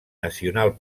nacional